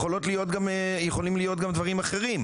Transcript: יכולות להיות גם יכולים להיות גם דברים אחרים,